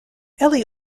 eli